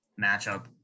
matchup